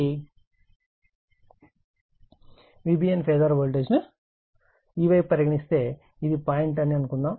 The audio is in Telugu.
అదేవిధంగా Vbn ఫేజార్ వోల్టేజ్ ను ఈ వైపు పరిగణిస్తే ఇది పాయింట్ అని అనుకుందాం